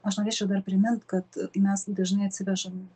aš norėčiau dar primint kad mes kai dažnai atsivežam